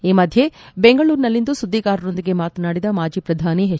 ಈ ಮಧ್ಯೆ ಬೆಂಗಳೂರಿನಲ್ಲಿಂದು ಸುದ್ದಿಗಾರರೊಂದಿಗೆ ಮಾತನಾಡಿದ ಮಾಜಿ ಪ್ರಧಾನಿ ಎಚ್